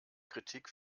kritik